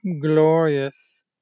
glorious